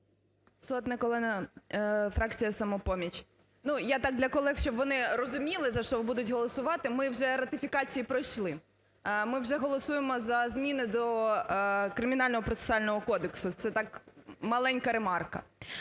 Сотник Олена, фракція "Самопоміч". Я так для колег, щоб вони розуміли, за що будуть голосувати. Ми вже ратифікації пройшли, ми вже голосуємо за зміни до Кримінально-процесуального кодексу. Це так маленька ремарка.